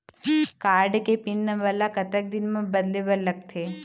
Card के PIN number ला कतक दिन म बदले बर लगथे?